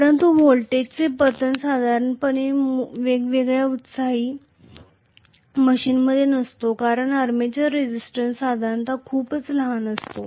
परंतु व्होल्टेजचा पतन साधारणपणे वेगळ्या एक्साइटेड मशीनमध्ये नसतो कारण आर्मेचर रेझिस्टन्स साधारणतः खूपच लहान असतो